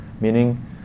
Meaning